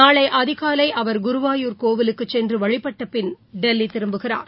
நாளைஅதிகாலைஅவர் குருவாயூர் கோவிலுக்குசென்றுவழிபட்டபின் அவர் டெல்லிதிரும்புகிறார்